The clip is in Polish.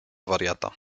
wariata